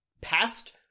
past